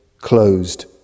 closed